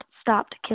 stopped